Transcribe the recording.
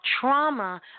trauma